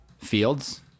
Fields